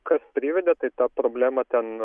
kas privedė tai ta problema ten